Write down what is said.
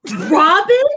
robin